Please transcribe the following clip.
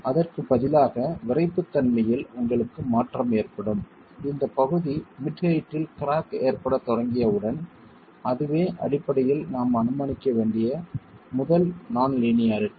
அதற்குப் பதிலாக விறைப்புத்தன்மையில் உங்களுக்கு மாற்றம் ஏற்படும் இந்தப் பகுதி மிட் ஹெயிட்டில் கிராக் ஏற்படத் தொடங்கியவுடன் அதுவே அடிப்படையில் நாம் அனுமானிக்க வேண்டிய முதல் நான் லீனியாரிட்டி